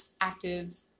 active